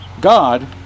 God